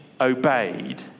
obeyed